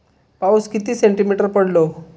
पाऊस किती सेंटीमीटर पडलो?